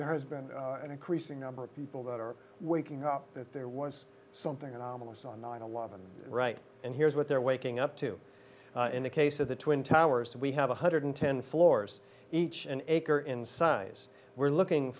there has been an increasing number of people that are waking up that their once something anomalous on nine eleven right and here's what they're waking up to in the case of the twin towers we have one hundred ten floors each an acre in size we're looking